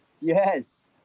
Yes